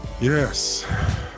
Yes